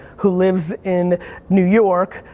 who lives in new york,